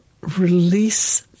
release